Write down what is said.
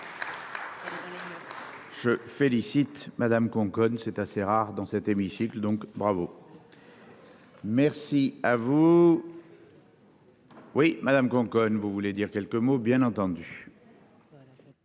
Je félicite Madame Conconne. C'est assez rare dans cet hémicycle. Donc bravo. Merci à vous. Oui madame Cohen. Vous voulez dire quelques mots bien entendu.